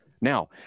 Now